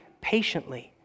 patiently